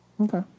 Okay